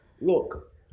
look